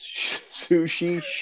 sushi